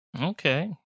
okay